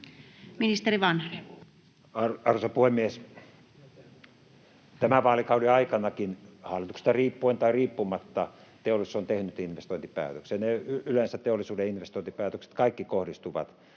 Ministeri Vanhanen. Arvoisa puhemies! Tämän vaalikauden aikanakin, hallituksesta riippuen tai riippumatta, teollisuus on tehnyt investointipäätöksiä. Yleensä kaikki teollisuuden investointipäätökset [Jussi Halla-aho: